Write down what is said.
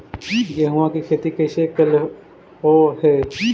गेहूआ के खेती कैसे कैलहो हे?